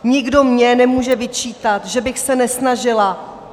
Nikdo mně nemůže vyčítat, že bych se nesnažila...